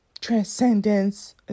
transcendence